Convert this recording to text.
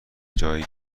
جایی